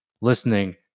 listening